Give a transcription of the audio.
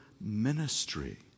ministry